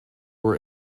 were